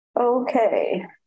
Okay